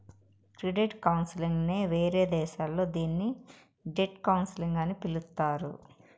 credit counselling నే వేరే దేశాల్లో దీన్ని డెట్ కౌన్సిలింగ్ అని పిలుత్తారు